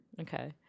Okay